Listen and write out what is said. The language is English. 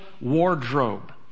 wardrobe